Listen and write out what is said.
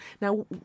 Now